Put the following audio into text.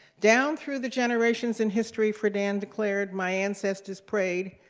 down through the generations in history, friedan declared, my ancestors prayed,